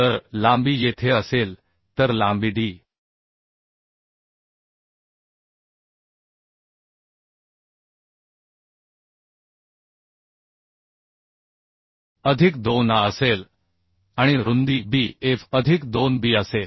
तर लांबी येथे असेल तर लांबी d अधिक 2 a असेल आणि रुंदी B f अधिक 2 b असेल